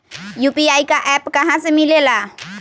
UPI का app कहा से मिलेला?